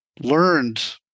learned